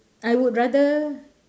I would rather